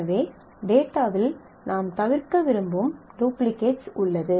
எனவே டேட்டாவில் நாம் தவிர்க்க விரும்பும் டூப்ளிகேட்கல் உள்ளது